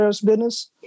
business